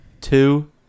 two